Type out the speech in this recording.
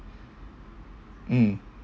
mm